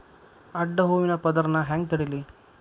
ಅಡ್ಡ ಹೂವಿನ ಪದರ್ ನಾ ಹೆಂಗ್ ತಡಿಲಿ?